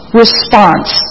response